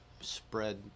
spread